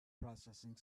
processing